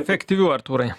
efektyvių artūrai